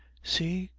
see,